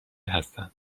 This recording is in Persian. هستند